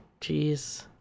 Jeez